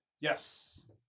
Yes